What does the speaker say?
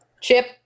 Chip